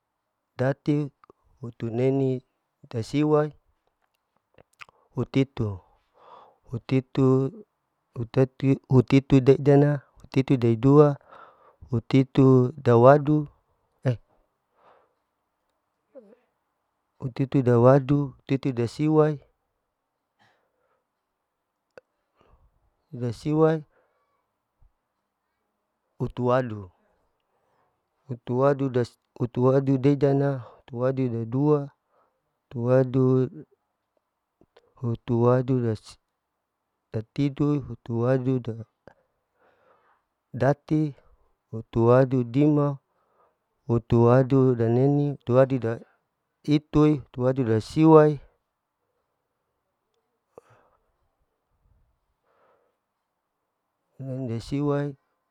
Datiu, hutu neni dasiwai, hutitu, hutitu-hutaitu-hutitu deidana, hutitu dei dua, hutitu da wadu hutitu dawadu, hutitu dasiwai, dasiwai, hutu wadu, hutu wadu das-hutu wadu deidana, hutu wadu dei dua, hutu wadu, hutu wadu da-dati, hutu wadu dima, hutu wadu daneni, hutu wadu da-itui, hutu wadu dasiwai, siwai.